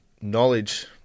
knowledge